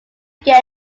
get